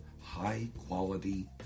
high-quality